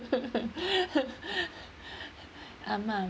ah ma